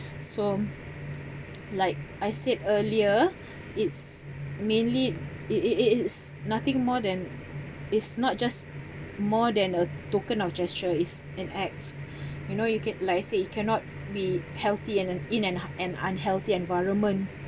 so like I said earlier it's mainly it it it is nothing more than it's not just more than a token of gesture it's an act you know you can't like I said you cannot be healthy and in an an unhealthy environment